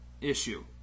issue